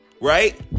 Right